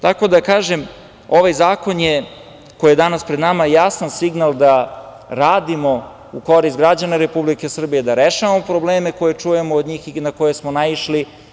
Tako da kažem, ovaj zakon koji je danas pred nama jasan signal da radimo u korist građana Republike Srbije, da rešavamo probleme koje čujemo od njih i na koje smo naišli.